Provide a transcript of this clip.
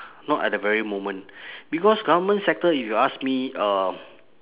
not at the very moment because government sector if you ask me uh